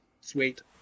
sweet